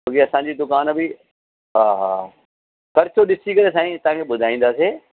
छो की असांजी दुकानु बि हा हा ख़र्चो ॾिसी करे साईं तव्हांखे ॿुधाईंदासीं